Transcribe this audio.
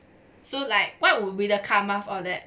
so like what would be the karma for that